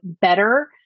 better